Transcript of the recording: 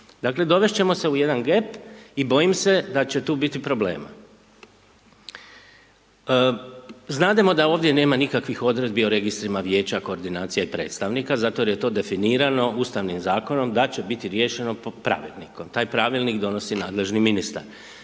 Dakle, dovest ćemo se u jedan gep i bojim se da će tu biti problema. Znademo da ovdje nema nikakvih odredbi o registrima vijeća, koordinacija i predstavnika, zato jer je to definirano ustavnim zakonom da će biti riješeno pod pravilnikom. Taj pravilnik donosi nadležni ministar.